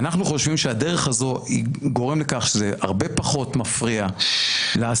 אנחנו חושבים שהדרך הזאת גורמת לכך שהיא הרבה פחות מפריעה לעסקים,